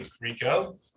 Rico